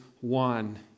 one